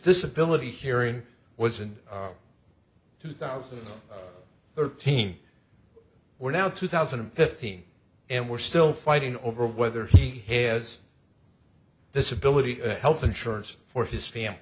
disability hearing was in two thousand and thirteen we're now two thousand and fifteen and we're still fighting over whether he has this ability health insurance for his family